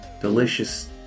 delicious